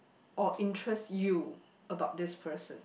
or interest you about this person